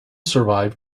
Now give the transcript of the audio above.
survived